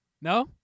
No